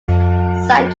signed